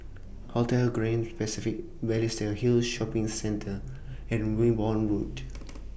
Hotel Grand Pacific Balestier Hill Shopping Center and Wimborne Road